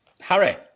Harry